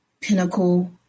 pinnacle